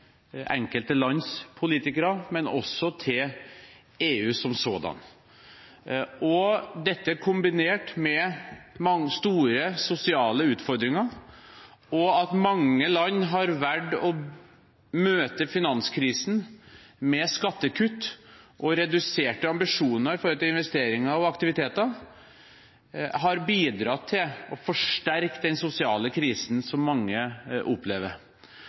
enkelte lands politikere, men også til EU som sådan. Dette, kombinert med store sosiale utfordringer og at mange land har valgt å møte finanskrisen med skattekutt og reduserte ambisjoner for investeringer og aktiviteter, har bidratt til å forsterke den sosiale krisen som mange opplever.